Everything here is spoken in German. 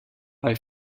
bei